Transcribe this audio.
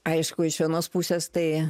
aišku iš vienos pusės tai